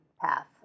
path